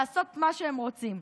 לעשות מה שהם רוצים.